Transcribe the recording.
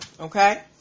okay